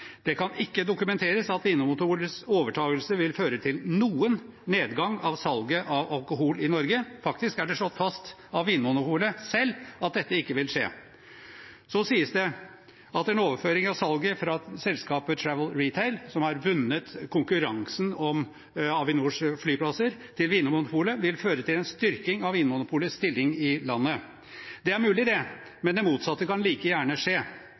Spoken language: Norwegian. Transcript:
Det kan ikke dokumenteres at Vinmonopolets overtakelse vil føre til noen nedgang i salget av alkohol i Norge. Det er faktisk slått fast av Vinmonopolet selv at dette ikke vil skje. Så sies det at en overføring av salget fra selskapet Travel Retail, som har vunnet konkurransen om Avinors flyplasser, til Vinmonopolet vil føre til en styrking av Vinmonopolets stilling i landet. Det er mulig, men det motsatte kan like gjerne skje.